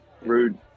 Rude